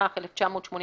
התשמ"ח 1988"